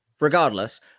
Regardless